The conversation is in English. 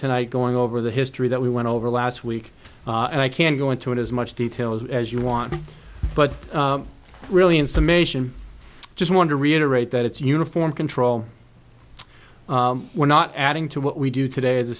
tonight going over the history that we went over last week and i can't go into in as much detail as you want but really in summation just want to reiterate that it's uniform control we're not adding to what we do today as a